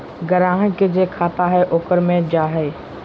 ग्राहक के जे खाता हइ ओकरे मे जा हइ